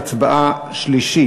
בעד, 30, אין מתנגדים.